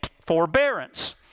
forbearance